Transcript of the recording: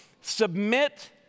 Submit